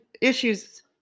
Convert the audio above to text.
issues